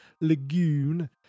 Lagoon